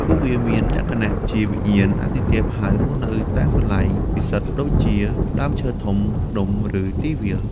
ពួកវាមានលក្ខណៈជាវិញ្ញាណអាទិទេពហើយរស់នៅតាមកន្លែងពិសិដ្ឋដូចជាដើមឈើធំ ភ្នំ ឬទីវាល។